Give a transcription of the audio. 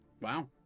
Wow